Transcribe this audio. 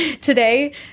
today